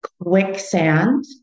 quicksand